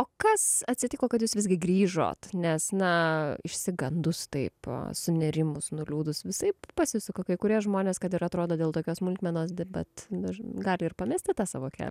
o kas atsitiko kad jūs visgi grįžot nes na išsigandus taip sunerimus nuliūdus visaip pasisuka kai kurie žmonės kad ir atrodo dėl tokios smulkmenos dirbat dažn gali ir pamesti tą savo kelią